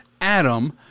Adam